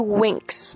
winks